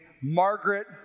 Margaret